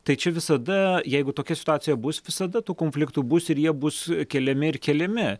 tai čia visada jeigu tokia situacija bus visada tų konfliktų bus ir jie bus keliami ir keliami